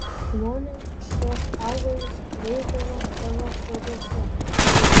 žmonės šiuos augalus veisdavo savo soduose